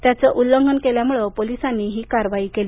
त्याचं उल्लंघन केल्यामुळं पोलिसांनी ही कारवाई केली